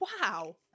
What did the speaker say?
Wow